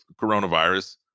coronavirus